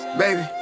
baby